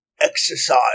exercise